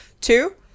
Two